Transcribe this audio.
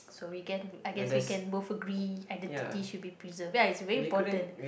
so we I guess we can both agree identity should be preserved ya is very important